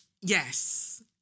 yes